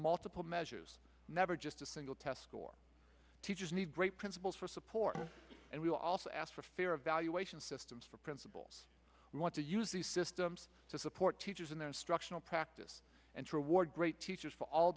multiple measures never just a single test score teachers need great principals for support and we'll also ask for fear of valuation systems for principals who want to use these systems to support teachers in their instructional practice and reward great teachers for all